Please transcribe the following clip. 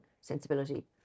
sensibility